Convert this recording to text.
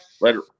Later